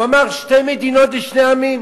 הוא אמר: שתי מדינות לשני עמים,